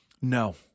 No